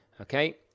okay